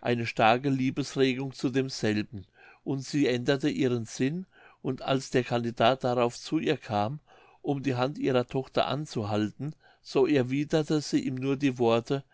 eine starke liebesregung zu demselben und sie änderte ihren sinn und als der candidat darauf zu ihr kam um die hand ihrer tochter anzuhalten so erwiederte sie ihm nur die worte